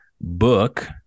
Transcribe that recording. book